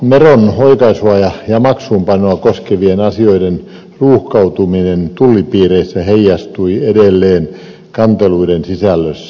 veron oikaisua ja maksuunpanoa koskevien asioiden ruuhkautuminen tullipiireissä heijastui edelleen kanteluiden sisällössä